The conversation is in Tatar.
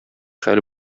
хәл